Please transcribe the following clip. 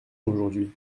aujourd’hui